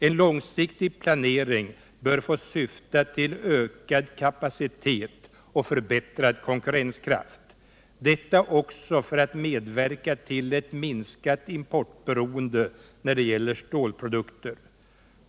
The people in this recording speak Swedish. En långsiktig planering bör få syfta till ökad kapacitet och förbättrad konkurrenskraft, detta också för att medverka till ett minskat importberoende när det gäller stålprodukter.